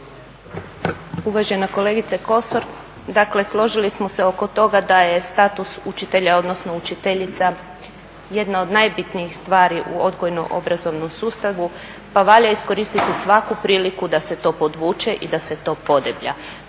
Uvažena kolegice Kosor, dakle složili smo se oko toga da je status učitelja odnosno učiteljica jedna od najbitnijih stvari u odgojno-obrazovnom sustavu, pa valja iskoristiti svaku priliku da se to podvuče i da se to podeblja.